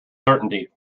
certainty